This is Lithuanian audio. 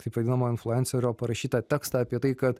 taip vadinamo influencerio parašytą tekstą apie tai kad